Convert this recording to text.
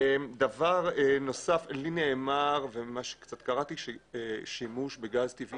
לי נאמר וקצת קראתי ששימוש בגז טבעי